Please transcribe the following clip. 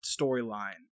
storyline